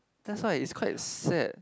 that's why it's quite sad